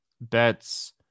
bets